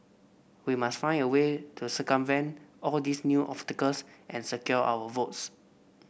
we must find a way to circumvent all these new obstacles and secure our votes